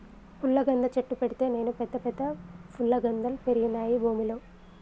పుల్లగంద చెట్టు పెడితే నేను పెద్ద పెద్ద ఫుల్లగందల్ పెరిగినాయి భూమిలో